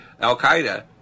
al-Qaeda